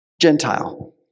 Gentile